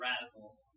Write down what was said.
radical